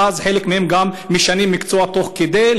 ואז חלק מהם גם משנים מקצוע תוך כדי,